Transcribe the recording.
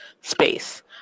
space